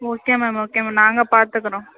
okay ma'am okay ma'am நாங்கள் பாத்துக்கிறோம்